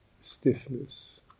stiffness